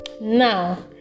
now